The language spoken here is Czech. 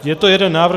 Je to jeden návrh.